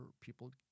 people